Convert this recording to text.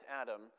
Adam